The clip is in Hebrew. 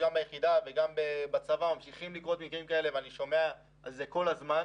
ביחידה וגם בצבא לקרות מקרים כאלה ואני שומע על כך כל הזמן.